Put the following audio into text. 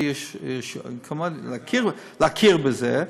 כלומר להכיר בזה,